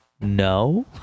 no